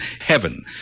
heaven